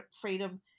freedom